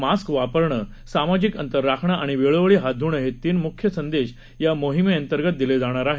mask वापरणं सामाजिक अंतर राखणं आणि वेळोवेळी हात धुणं हे तीन मुख्य संदेश या मोहिमेअंतर्गत दिले जाणार आहेत